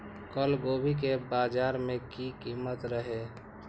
कल गोभी के बाजार में की कीमत रहे?